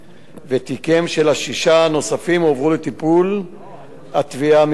ותיקיהם של השישה הנוספים הועברו לטיפול התביעה המשטרתית.